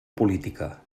política